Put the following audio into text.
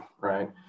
right